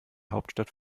hauptstadt